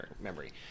memory